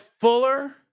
fuller